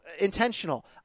intentional